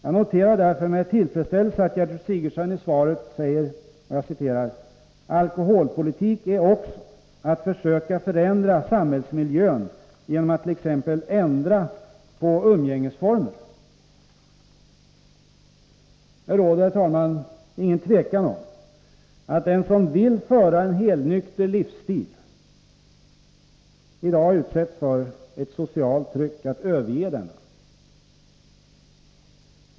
Jag noterar därför med tillfredsställelse att Gertrud Sigurdsen i svaret säger följande: ”Alkoholpolitik är också att försöka förändra samhällsmiljön genom att t.ex. ändra på umgängesformer ———.” Det råder, herr talman, inget tvivel om att den som vill hålla fast vid en helnykter livsstil i dag utsätts för ett socialt tryck att överge den.